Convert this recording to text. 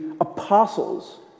apostles